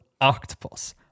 octopus